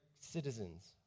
citizens